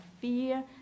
fear